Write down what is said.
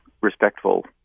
respectful